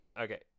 Okay